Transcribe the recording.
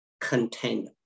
contain